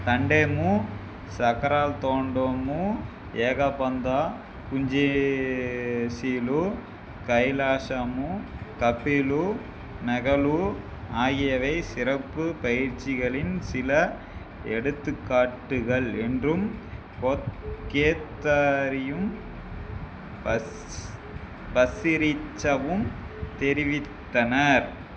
சண்டேமு சக்கரால் தோண்டுமு ஏகபந்தா குஞ்சிசீலு கைலாசாமு தஃபீலு நகலு ஆகியவை சிறப்பு பயிற்சிகளின் சில எடுத்துக்காட்டுகள் என்றும் போத்கேத்தரியும் பஸ் பஸ்ஸிரிச்சவும் தெரிவித்தனர்